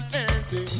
empty